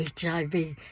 HIV